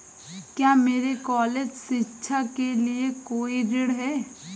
क्या मेरे कॉलेज शिक्षा के लिए कोई ऋण है?